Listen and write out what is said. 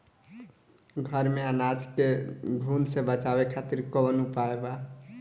घर में अनाज के घुन से बचावे खातिर कवन उपाय बा?